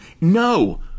No